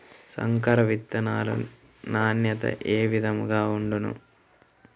సంకర విత్తనాల నాణ్యత ఏ విధముగా ఉండును?